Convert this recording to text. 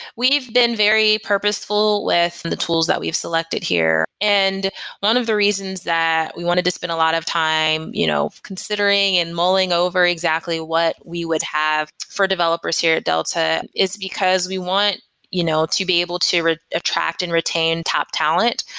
we've been very purposeful with and the tools that we've selected here. and one of the reasons that we wanted to spend a lot of time you know considering and mulling over exactly what we would have for developers here at delta is because we want you know to be able to to attract and retain top talent.